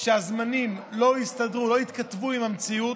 שהזמנים לא יסתדרו, לא יתכתבו עם המציאות,